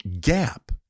gap